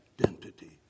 identity